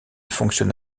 fonctionne